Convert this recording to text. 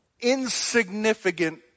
insignificant